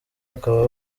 akaba